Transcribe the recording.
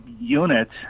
unit